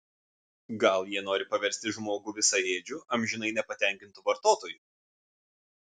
gal jie nori paversti žmogų visaėdžiu amžinai nepatenkintu vartotoju